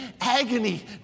agony